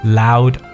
loud